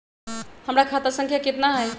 हमर खाता संख्या केतना हई?